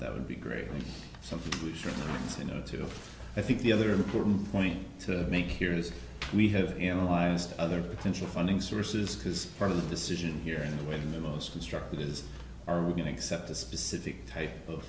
that would be great something we should you know to i think the other important point to make here is we have analyzed other potential funding sources because part of the decision here in the in the most constructive is are we going to accept a specific type of